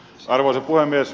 arvoisa puhemies